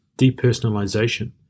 depersonalization